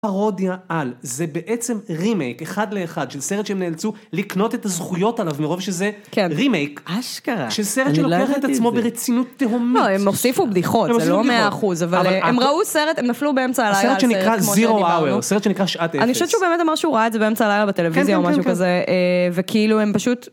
פרודיה על, זה בעצם רימייק אחד לאחד של סרט שהם נאלצו לקנות את הזכויות עליו מרוב שזה רימייק של סרט שלוקח את עצמו ברצינות תהומית. הם הוסיפו בדיחות זה לא 100% אבל הם ראו סרט הם נפלו באמצע הלילה, סרט שנקרא שעת אפס, אני חושבת שהוא באמת אמר שהוא ראה את זה באמצע הלילה בטלוויזיה או משהו כזה וכאילו הם פשוט.